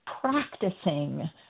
practicing